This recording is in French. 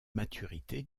maturité